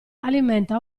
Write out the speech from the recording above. alimenta